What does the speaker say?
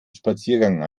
spaziergang